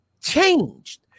changed